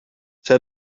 zij